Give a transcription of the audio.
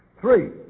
Three